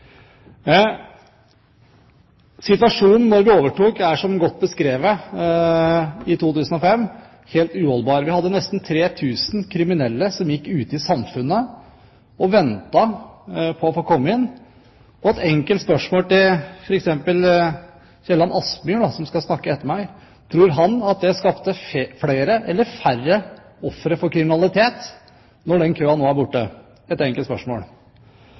Situasjonen da vi overtok i 2005, var, som godt beskrevet, helt uholdbar. Vi hadde nesten 3 000 kriminelle som gikk ute i samfunnet og ventet på å få komme inn til soning. Jeg har lyst til å stille et enkelt spørsmål til f.eks. Kielland Asmyhr, som skal snakke etter meg: Tror han at det har skapt flere eller færre ofre for kriminalitet, når den køen nå er borte?